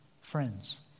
Friends